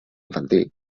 infantil